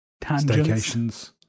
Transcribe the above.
tangents